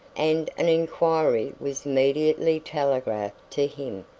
and an inquiry was immediately telegraphed to him.